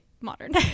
modern